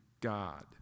God